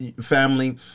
family